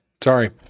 sorry